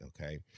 okay